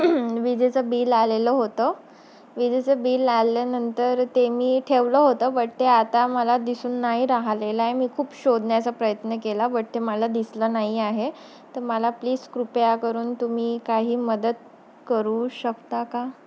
विजेचं बिल आलेलं होतं विजेचं बिल आल्यानंतर ते मी ठेवलं होतं बट ते आता मला दिसून नाही राहिलेलं आहे मी खूप शोधण्याचा प्रयत्न केला बट ते मला दिसलं नाही आहे तर मला प्लीज कृपया करून तुम्ही काही मदत करू शकता का